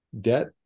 debt